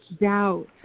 Doubt